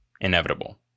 inevitable